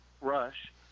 Rush